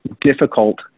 difficult